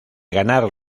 ganar